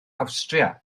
awstria